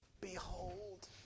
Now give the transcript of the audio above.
Behold